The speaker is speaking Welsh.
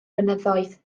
blynyddoedd